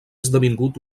esdevingut